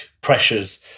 pressures